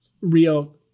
real